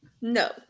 No